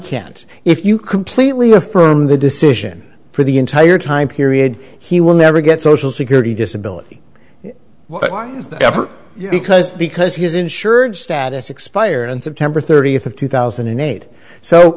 can't if you completely affirm the decision for the entire time period he will never get social security disability ever because because he is insured status expire and september thirtieth of two thousand and eight so